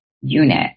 unit